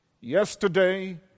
yesterday